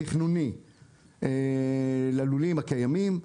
תכנוני ללולים הקיימים,